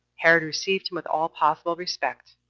herod received him with all possible respect,